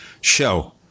show